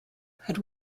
had